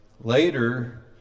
later